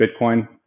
Bitcoin